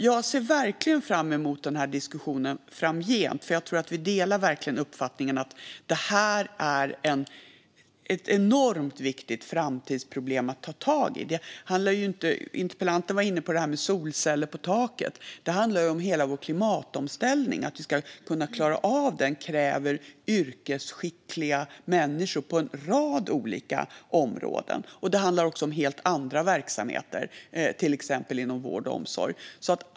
Jag ser fram emot diskussionen framgent, för jag tror verkligen att vi delar uppfattningen att det här är ett enormt viktigt framtidsproblem att ta tag i. Interpellanten var inne på det här med solceller på taken, och det handlar ju om hela vår klimatomställning. Att klara av den kräver yrkesskickliga människor på en rad olika områden. Det handlar också om helt andra verksamheter, till exempel inom vård och omsorg.